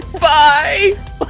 Bye